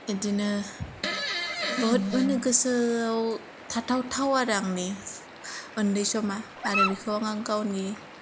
बिदिनो बहुत माने गोसोआव थाथाव थाव आरो आंनि उन्दै समा आरो बिखौ आं गावनि